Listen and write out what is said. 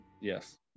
Yes